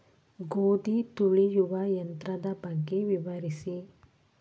ಗೋಧಿ ತುಳಿಯುವ ಯಂತ್ರದ ಬಗ್ಗೆ ವಿವರಿಸಿ?